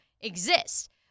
exist